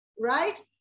Right